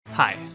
Hi